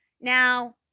Now